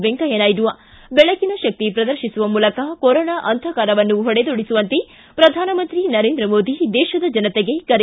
ವೆಂಕಯ್ಯನಾಯ್ಡು ಿ ಬೆಳಕಿನ ಶಕ್ತಿ ಪ್ರದರ್ತಿಸುವ ಮೂಲಕ ಕೊರೊನಾ ಅಂಧಕಾರವನ್ನು ಹೊಡೆದೊಡಿಸುವಂತೆ ಪ್ರಧಾನಮಂತ್ರಿ ನರೇಂದ್ರ ಮೋದಿ ದೇತದ ಜನತೆಗೆ ಕರೆ